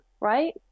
right